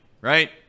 right